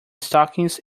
stockings